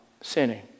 sinning